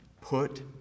put